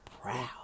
proud